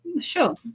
Sure